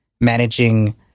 managing